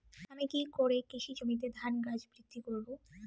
আমি কী করে কৃষি জমিতে ধান গাছ বৃদ্ধি করব?